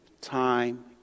time